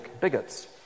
bigots